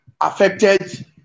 affected